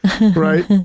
Right